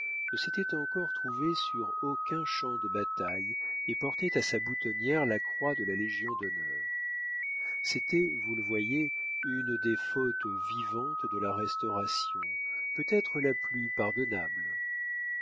ne s'était encore trouvé sur aucun champ de bataille et portait à sa boutonnière la croix de la légion-d'honneur c'était vous le voyez une des fautes vivantes de la restauration peut-être la plus pardonnable